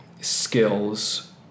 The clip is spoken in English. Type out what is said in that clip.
skills